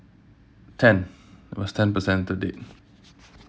ten it was ten percent to date